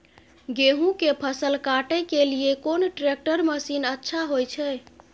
गेहूं के फसल काटे के लिए कोन ट्रैक्टर मसीन अच्छा होय छै?